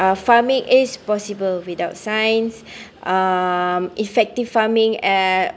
uh farming is possible without science um effective farming uh